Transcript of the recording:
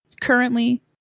Currently